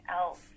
else